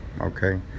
okay